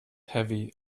heavy